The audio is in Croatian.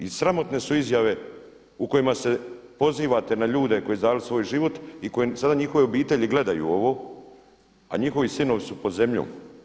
I sramotne su izjave u kojima se pozivate na ljude koji su dali svoj život i koje sada njihove obitelji gledaju ovo a njihovi sinovi su pod zemljom.